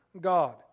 God